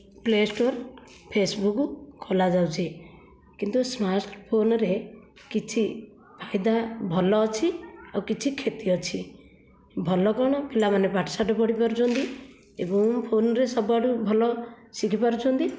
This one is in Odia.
ପ୍ଳେ ଷ୍ଟୋର ଫେସବୁକ ଖୋଲା ଯାଉଛି କିନ୍ତୁ ସ୍ମାର୍ଟ ଫୋନରେ କିଛି ଫାଇଦା ଭଲ ଅଛି ଓ କିଛି କ୍ଷତି ଅଛି ଭଲ କଣ ପିଲା ମାନେ ପାଠଶାଠ ପଢ଼ି ପାରୁଛନ୍ତି ଏବଂ ଫୋନରେ ସବୁ ଆଡୁ ଭଲ ଶିଖି ପାରୁଛନ୍ତି